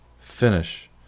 Finish